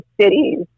cities